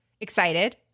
excited